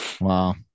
Wow